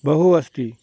बहु अस्ति